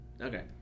Okay